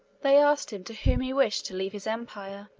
they asked him to whom he wished to leave his empire.